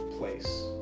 place